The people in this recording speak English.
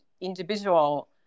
individual